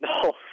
No